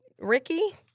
Ricky